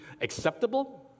acceptable